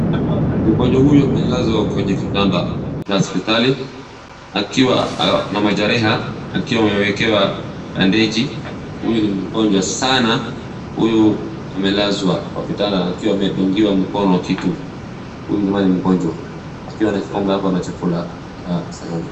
Mgonjwa huyu amelazwa kwenye kitanda cha hospitali akiwa na majeraha, akiwa amewekewa bendeji, huyu ni mgonjwa sana, huyu amelazwa kwa kitanda akiwa amedungiwa mkono kitu. Huyu jamaa ni mgonjwa akiwa na kikombe hapo na sahani.